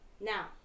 Now